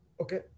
okay